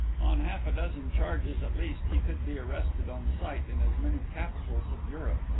on half-a-dozen charges at least he could be arrested on sight in as many capitals of europe.